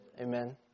Amen